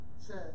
says